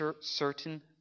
certain